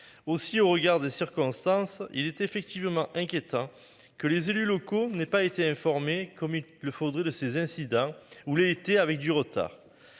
aussi au regard des circonstances, il est effectivement inquiétant que les élus locaux n'ait pas été informé comme il le faudrait de ces incidents, ou l'été avec du retard.